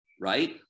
right